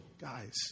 guys